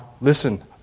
listen